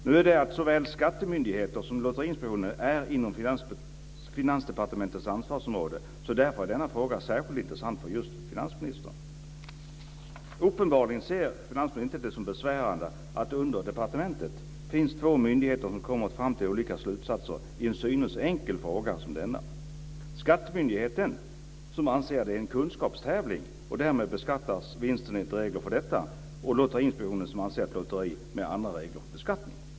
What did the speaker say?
Nu är såväl skattemyndigheten som Lotteriinspektionen inom Finansdepartementets ansvarsområde, därför är denna fråga särskilt intressant för just finansministern. Uppenbarligen ser inte finansministern det som besvärande att det under departementet finns två myndigheter som kommit fram till olika slutsatser i en till synes enkel fråga som denna. Skattemyndigheten anser att det är en kunskapstävling och därmed beskattas vinsten enligt regler för detta. Lotteriinspektionen anser att det är ett lotteri, med andra regler för beskattning.